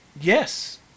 Yes